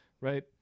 right